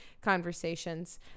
conversations